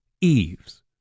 Eves